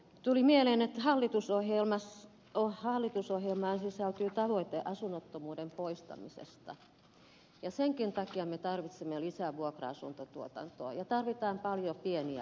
tuli mieleen että hallitusohjelmaan sisältyy tavoite asunnottomuuden poistamisesta ja senkin takia me tarvitsemme lisää vuokra asuntotuotantoa ja tarvitsemme paljon pieniä asuntoja